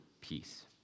peace